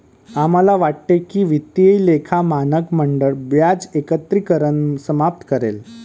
आम्हाला वाटते की वित्तीय लेखा मानक मंडळ व्याज एकत्रीकरण समाप्त करेल